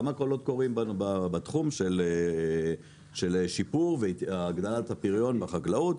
כמה "קולות קוראים" בתחום של שיפור והגדלת הפריון בחקלאות,